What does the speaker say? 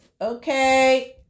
Okay